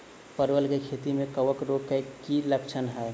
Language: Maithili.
परवल केँ खेती मे कवक रोग केँ की लक्षण हाय?